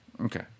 Okay